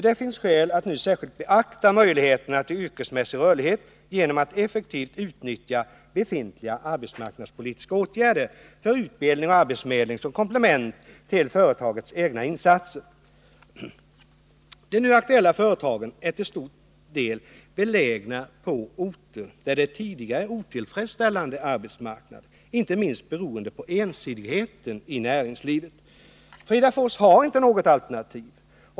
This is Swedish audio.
Det finns skäl att nu särskilt beakta möjligheterna till yrkesmässig rörlighet genom att effektivt utnyttja befintliga arbetsmarknadspolitiska åtgärder för utbildning och arbetsförmedling som komplement till företagets egna insatser.” De nu aktuella företagen är till stor del belägna på orter där det tidigare varit otillfredsställande arbetsmarknad, inte minst beroende på ensidigheten i näringslivet. Fridafors har inte något alternativ.